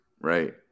right